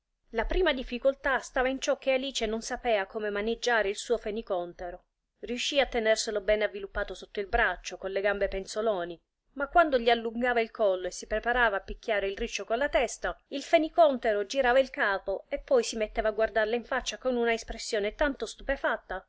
la prima difficoltà stava in ciò che alice non sapea come maneggiare il suo fenicòntero riuscì a tenerselo bene avviluppato sotto il braccio con le gambe penzoloni ma quando gli allungava il collo e si preparava a picchiare il riccio con la testa il fenicòntero girava il capo e poi si metteva a guardarla in faccia con una espressione tanto stupefatta